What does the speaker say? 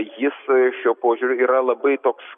jis šiuo požiūriu yra labai koks